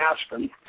Aspen